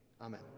Amen